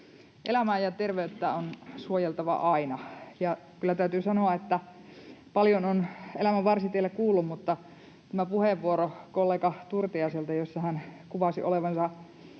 Elämää ja terveyttä on suojeltava aina. Kyllä täytyy sanoa, että paljon on elämän varsitiellä kuullut, mutta kollega Turtiaiselta tämä puheenvuoro, jossa hän kuvasi olevansa